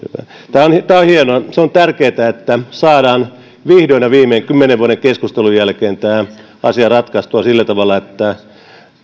tämä on hienoa se on tärkeätä että saadaan vihdoin ja viimein kymmenen vuoden keskustelujen jälkeen tämä asia ratkaistua sillä tavalla että